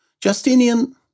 Justinian